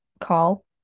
call